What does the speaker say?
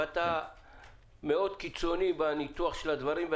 אבל אתה קיצוני בניתוח הדברים.